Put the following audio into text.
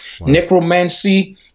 Necromancy